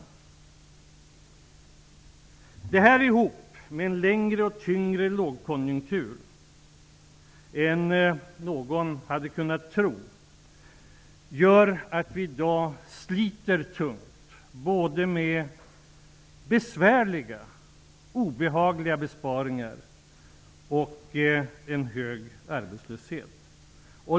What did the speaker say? Dessa faktorer tillsammans med en långvarigare och djupare lågkonjunktur än någon kunnat tro, gör att vi i dag sliter ont både med besvärliga, obehagliga, besparingar och med en hög arbetslöshet.